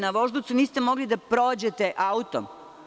Na Voždovcu niste mogli da prođete autom.